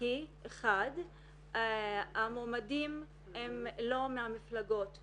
כי המועמדים הם לא מהמפלגות כולם,